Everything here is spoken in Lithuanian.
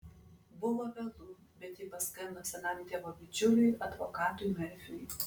buvo vėlu bet ji paskambino senam tėvo bičiuliui advokatui merfiui